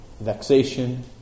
vexation